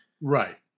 right